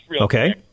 Okay